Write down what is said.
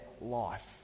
life